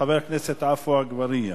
חבר הכנסת עפו אגבאריה.